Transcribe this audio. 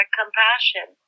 compassion